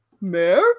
Mayor